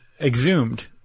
exhumed